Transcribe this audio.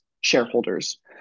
shareholders